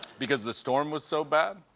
because the storm was so bad.